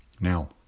Now